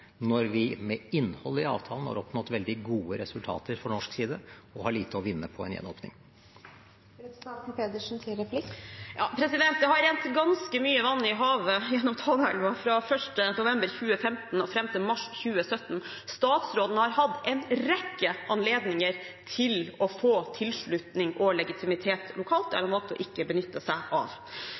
når vi med innholdet i avtalen har oppnådd veldig gode resultater for norsk side og har lite å vinne på en gjenåpning. Det har rent ganske mye vann i havet – gjennom Tanaelva – fra 1. november 2015 og fram til mars 2017. Statsråden har hatt en rekke anledninger til å få tilslutning og legitimitet lokalt. Det har han valgt ikke å benytte seg av.